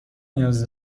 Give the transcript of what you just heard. نیاز